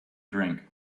drink